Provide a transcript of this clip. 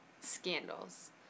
scandals